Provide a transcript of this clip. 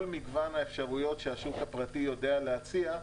מגוון האפשרויות שהשוק הפרטי יודע להציע,